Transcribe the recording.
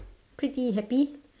pretty happy